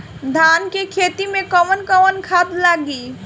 धान के खेती में कवन कवन खाद लागी?